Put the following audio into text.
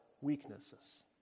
weaknesses